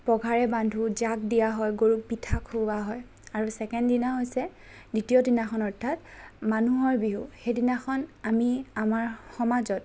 পঘাৰে বান্ধো জাগ দিয়া হয় গৰু পিঠা খুওৱা হয় আৰু ছেকেণ্ড দিনা হৈছে দ্বিতীয় দিনাখন অৰ্থাৎ মানুহৰ বিহু সেইদিনাখন আমি আমাৰ সমাজত